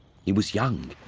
he was young,